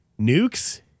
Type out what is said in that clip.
nukes